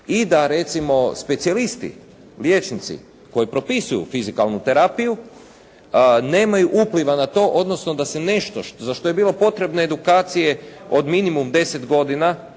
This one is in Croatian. i da recimo specijalisti liječnici koji propisuju fizikalnu terapiju nemaju upliva na to odnosno da se nešto za što je bilo potrebno edukacije od minimum 10 godina,